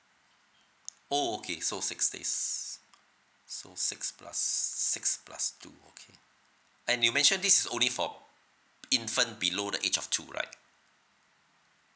oh okay so six days so six plus six plus two okay and you mentioned this is only for infant below the age of two right